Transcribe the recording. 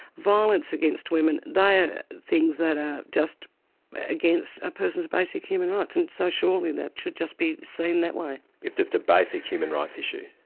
violence against women, they are things that are just a ah person's basic human rights, and so surely that should just be seen that way. it's just a basic human rights issue.